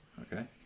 Okay